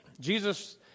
Jesus